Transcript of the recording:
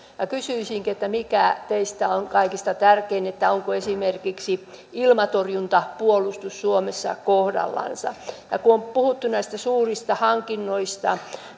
kysyisinkin mikä teistä on kaikista tärkein onko esimerkiksi ilmatorjuntapuolustus suomessa kohdallansa ja kun on puhuttu näistä suurista hankinnoista